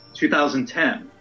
2010